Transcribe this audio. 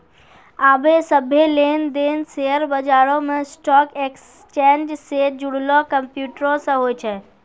आबे सभ्भे लेन देन शेयर बजारो मे स्टॉक एक्सचेंज से जुड़लो कंप्यूटरो से होय छै